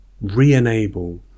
re-enable